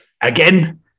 again